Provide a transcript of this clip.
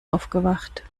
aufgewacht